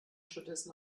stattdessen